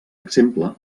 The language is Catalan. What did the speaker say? exemple